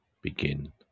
begin